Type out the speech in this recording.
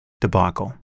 debacle